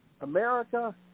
America